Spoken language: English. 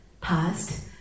past